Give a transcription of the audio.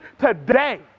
today